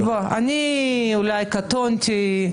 אני אולי קטונתי,